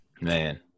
Man